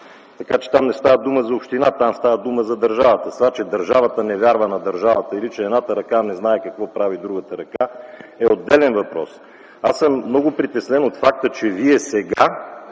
от ВиК. Там не става дума за община, а за държавата. Това, че държавата не вярва на държавата или че едната ръка не знае какво прави другата ръка, е отделен въпрос. Аз съм притеснен от факта, че Вие сега